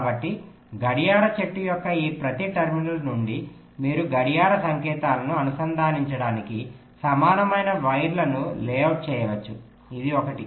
కాబట్టి గడియార చెట్టు యొక్క ఈ ప్రతి టెర్మినల్స్ నుండి మీరు గడియార సంకేతాలను అనుసంధానించడానికి సమానమైన వైర్లను లేఅవుట్ చేయవచ్చు ఇది ఒకటి